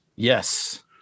Yes